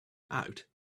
out